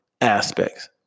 aspects